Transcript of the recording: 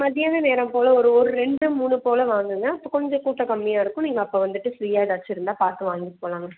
மத்தியானம் நேரம் போல ஒரு ஒரு ரெண்டு மூணு போல வாங்கங்க அப்போ கொஞ்சம் கூட்டம் கம்மியாக இருக்கும் நீங்கள் அப்போ வந்துட்டு ஃப்ரீயாக எதாச்சும் இருந்தால் பார்த்து வாங்கிட்டு போகலாங்க